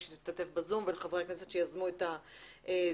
שהשתתף בזום ולחברי הכנסת שיזמו את הדיון.